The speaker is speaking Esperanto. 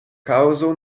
kaŭzo